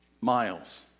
miles